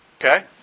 Okay